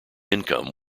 income